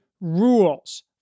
rules